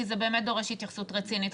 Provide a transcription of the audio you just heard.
כי זה באמת דורש התייחסות רצינית.